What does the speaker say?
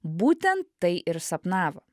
būtent tai ir sapnavo